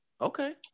Okay